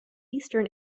eastern